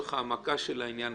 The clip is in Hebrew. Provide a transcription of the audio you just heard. לצורך העמקה של העניין,